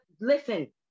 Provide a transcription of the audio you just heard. listen